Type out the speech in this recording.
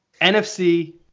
NFC